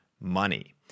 money